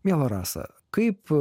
miela rasa kaip